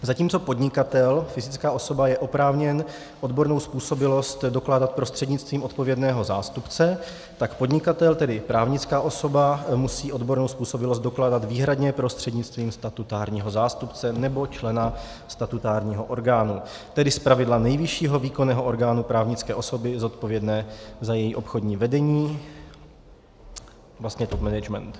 Zatímco podnikatel, fyzická osoba, je oprávněn odbornou způsobilost dokládat prostřednictvím odpovědného zástupce, tak podnikatel, tedy právnická osoba, musí odbornou způsobilost dokládat výhradně prostřednictvím statutárního zástupce nebo člena statutárního orgánu, tedy zpravidla nejvyššího výkonného orgánu právnické osoby zodpovědné za její obchodní vedení, vlastně top management.